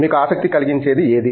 మీకు ఆసక్తి కలిగించేది ఏది